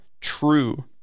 true